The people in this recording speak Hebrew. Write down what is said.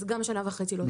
אז גם שנה וחצי לא תעזור,